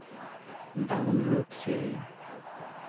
download ᱥᱮ